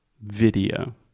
Video